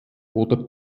oder